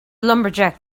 lumberjack